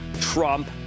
Trump